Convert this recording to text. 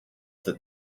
that